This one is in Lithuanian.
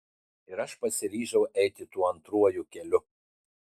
ir aš pasiryžau eiti tuo antruoju keliu